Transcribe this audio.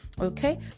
okay